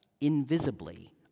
invisibly